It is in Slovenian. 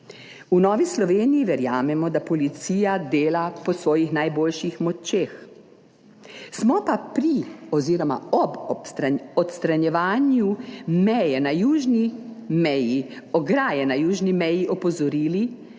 V Novi Sloveniji verjamemo, da policija dela po svojih najboljših močeh, smo pa pri oziroma ob odstranjevanju meje na južni meji, ograje na južni meji, opozorili,